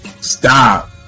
stop